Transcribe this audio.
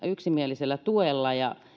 yksimielisellä tuella ja